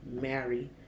marry